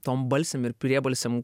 tom balsėm ir priebalsėm